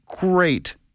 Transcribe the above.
great